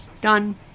Done